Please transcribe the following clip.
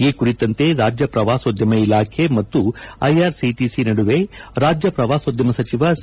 ಈ ಕುರಿತಂತೆ ರಾಜ್ಯ ಪ್ರವಾಸೋದ್ಯಮ ಇಲಾಖೆ ಮತ್ತು ಐಆರ್ಸಿಟಿಸಿ ನಡುವೆ ರಾಜ್ಯ ಪ್ರವಾಸೋದ್ಯಮ ಸಚಿವ ಸಿ